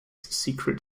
secret